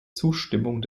zustimmung